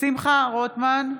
שמחה רוטמן,